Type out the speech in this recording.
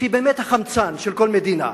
שהיא באמת החמצן של כל מדינה,